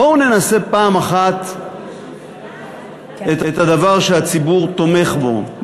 בואו ננסה פעם אחת את הדבר שהציבור תומך בו,